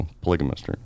polygamist